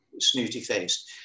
snooty-faced